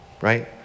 Right